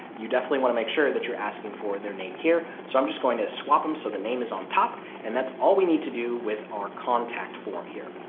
you definitely want to make sure that you're asking for their name here. so i'm just going to swap them so the name is on top. and that's all we need to do with our contact form here.